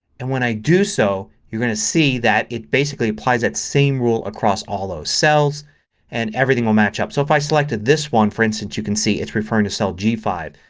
and when i do so you're going to see that it basically applies that same rule across all those cells and everything will matchup. so if i select this one, for instance, you can see it's referring to cell g five.